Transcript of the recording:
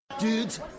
Dudes